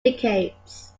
decades